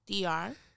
DR